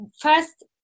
first